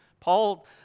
Paul